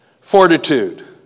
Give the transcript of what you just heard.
Fortitude